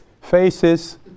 faces